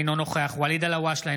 אינו נוכח ואליד אלהואשלה,